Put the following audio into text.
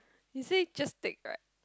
you see just tick right